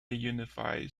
unified